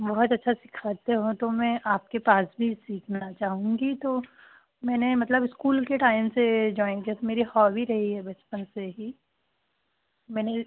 बहुत अच्छा सिखाते हो तो मैं आपके पास ही सीखना चाहूँगी तो मैंने मतलब स्कूल के टाइम से जॉइन किया था मेरी हॉबी रही है बचपन से ही मैंने